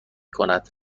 کند